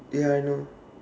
ya I know